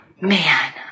Man